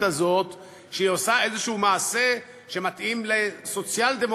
הזאת שהיא עושה איזשהו מעשה שמתאים לסוציאל-דמוקרטים.